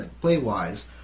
play-wise